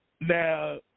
Now